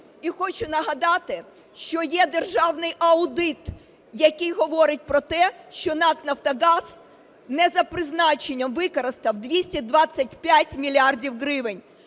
І хочу нагадати, що є державний аудит, який говорить про те, що НАК "Нафтогаз" не за призначенням використав 225 мільярдів